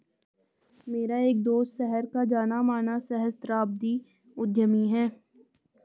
मेरा एक दोस्त शहर का जाना माना सहस्त्राब्दी उद्यमी है